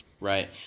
Right